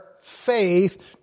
faith